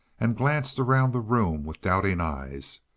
and glanced around the room with doubting eyes.